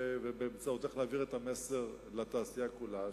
ובאמצעותך להעביר את המסר לתעשייה כולה,